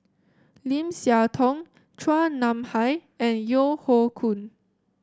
Lim Siah Tong Chua Nam Hai and Yeo Hoe Koon